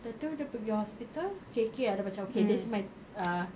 that time dia pergi hospital K_K dia macam okay this is my err